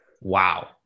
wow